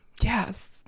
Yes